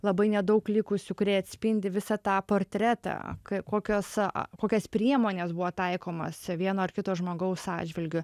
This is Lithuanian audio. labai nedaug likusių kurie atspindi visą tą portretą kokios kokias priemonės buvo taikomos vieno ar kito žmogaus atžvilgiu